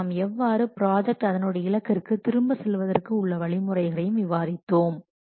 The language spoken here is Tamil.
மற்றும் நாம் எவ்வாறு ப்ராஜெக்ட் அதனுடைய இலக்கிற்கு திரும்ப செல்வதற்கு உள்ள வழிமுறைகளையும் விவாதித்தோம்